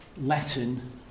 Latin